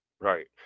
Right